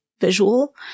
visual